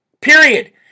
Period